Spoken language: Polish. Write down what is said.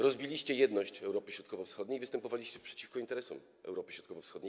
Rozbiliście jedność Europy Środkowo-Wschodniej i występowaliście przeciwko interesom Europy Środkowo-Wschodniej.